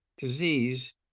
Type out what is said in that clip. disease